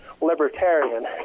libertarian